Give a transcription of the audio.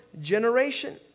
generation